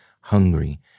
hungry